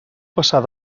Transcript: passar